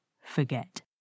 forget